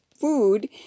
food